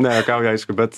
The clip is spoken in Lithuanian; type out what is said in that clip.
ne juokauju aišku bet